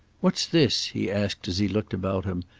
what's this, he asked as he looked about him,